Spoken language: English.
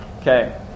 Okay